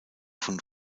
von